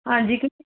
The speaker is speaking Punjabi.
ਹਾਂਜੀ ਕਿਉਂਕਿ